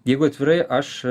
jeigu atvirai aš